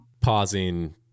Pausing